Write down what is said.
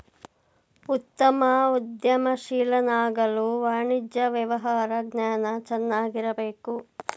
ಉತ್ತಮ ಉದ್ಯಮಶೀಲನಾಗಲು ವಾಣಿಜ್ಯ ವ್ಯವಹಾರ ಜ್ಞಾನ ಚೆನ್ನಾಗಿರಬೇಕು